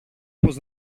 πως